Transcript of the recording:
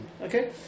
Okay